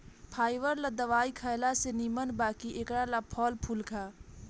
fibre ला दवाई खएला से निमन बा कि एकरा ला फल फूल खा